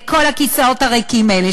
לכל הכיסאות הריקים האלה,